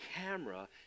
camera